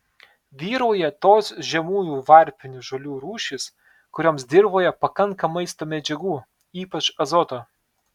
vyrauja tos žemųjų varpinių žolių rūšys kurioms dirvoje pakanka maisto medžiagų ypač azoto